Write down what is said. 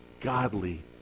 godly